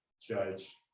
judge